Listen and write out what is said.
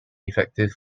effective